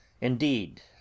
Indeed